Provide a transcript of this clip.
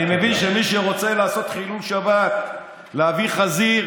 אני מבין שמי שרוצה לעשות חילול שבת, להביא חזיר,